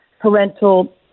parental